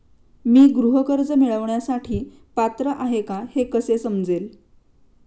मी गृह कर्ज मिळवण्यासाठी पात्र आहे का हे कसे समजेल?